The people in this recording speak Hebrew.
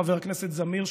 חבר הכנסת זמיר,